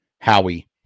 howie